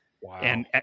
Wow